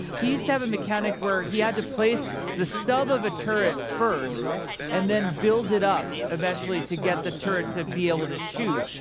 he used to have a mechanic where he had to place the stub of a turret first and then build it up, eventually to get the turret to be able to shoot.